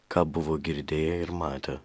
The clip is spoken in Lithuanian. ką buvo girdėję ir matę